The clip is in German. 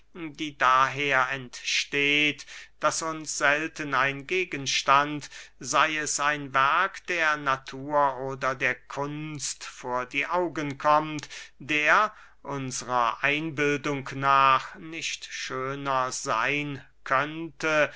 die daher entsteht daß uns selten ein gegenstand sey es ein werk der natur oder der kunst vor die augen kommt der unsrer einbildung nach nicht schöner seyn könnte